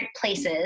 places